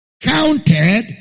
Counted